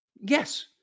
Yes